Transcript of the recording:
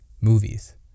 movies